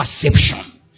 perception